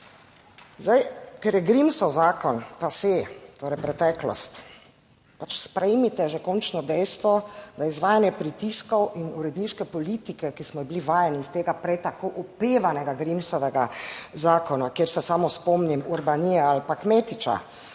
Zdaj, ker je Grimsov zakon passé, torej preteklost, pač sprejmite že končno dejstvo, da je izvajanje pritiskov in uredniške politike, ki smo jo bili vajeni iz tega prej tako opevanega Grimsovega zakona, kjer se samo spomnim Urbanije ali pa Kmetiča,